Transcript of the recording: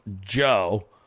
Joe